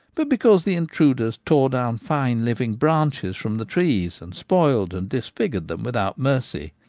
but because the intruders tore down fine living branches from the trees and spoiled and disfigured them with out mercy.